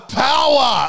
power